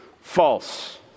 false